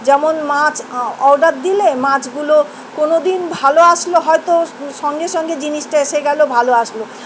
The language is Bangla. যেমন মাছ অর্ডার দিলে মাছগুলো কোনো দিন ভালো আসলো হয়তো সঙ্গে সঙ্গে জিনিসটা এসে গেল ভালো আসলো